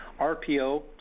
RPO